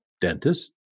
dentist